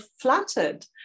flattered